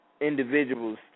Individuals